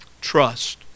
trust